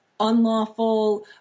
unlawful